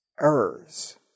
errors